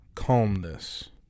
calmness